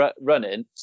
running